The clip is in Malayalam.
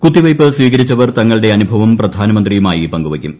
കുത്തിവയ്പ് സ്വീകരിച്ചവർ തങ്ങളുടെ അനുഭവം പ്രധാനമന്ത്രിയുമായി പങ്കുവയ്ക്കും